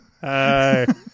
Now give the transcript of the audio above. Hi